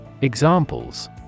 Examples